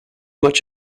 much